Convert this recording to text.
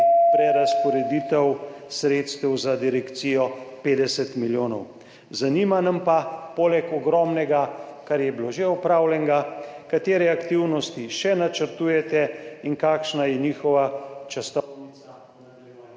prerazporeditev sredstev za direkcijo 50 milijonov. Zanima nas pa poleg ogromnega, kar je bilo že opravljenega: Katere aktivnosti še načrtujete? Kakšna je njihova časovnica v nadaljevanju?